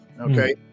okay